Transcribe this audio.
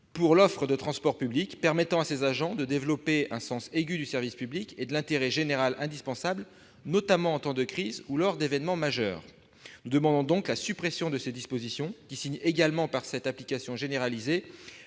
pour l'offre de transport public, car il amène ces agents à développer un sens aigu du service public et de l'intérêt général, indispensable notamment en temps de crise ou lors d'événements majeurs. Nous demandons donc la suppression de ces dispositions, dont l'application généralisée